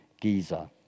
Giza